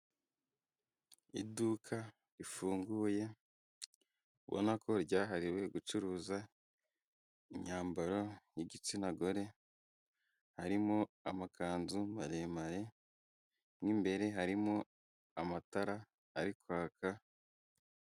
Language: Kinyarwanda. Iduka rifunguye ubona ko ryahariwe gucuruza imyambaro y'igitsina gore, harimo amakanzu maremare n'imbere harimo amatara ari kwaka.